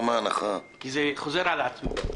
כי זה חוזר על עצמו.